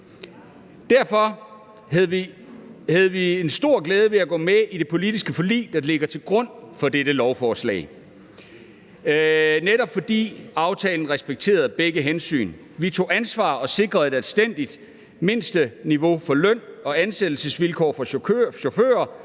Derfor havde vi en stor glæde ved at gå med i det politiske forlig, der ligger til grund for dette lovforslag, altså netop fordi aftalen respekterede begge hensyn. Vi tog ansvar og sikrede et anstændigt mindsteniveau for løn- og ansættelsesvilkår for chauffører,